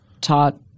taught